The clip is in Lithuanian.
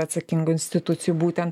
atsakingų institucijų būtent